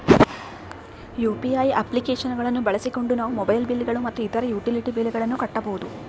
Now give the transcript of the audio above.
UPI application ಗಳನ್ನ ಬಳಸಿಕೊಂಡು ನಾವು ಮೊಬೈಲ್ ಬಿಲ್ ಗಳು ಮತ್ತು ಇತರ ಯುಟಿಲಿಟಿ ಬಿಲ್ ಗಳನ್ನ ಕಟ್ಟಬಹುದು